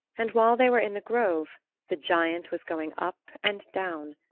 and while they were in the grove the giant was going up and down,